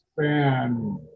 span